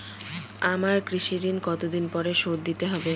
আমার কৃষিঋণ কতদিন পরে শোধ দিতে হবে?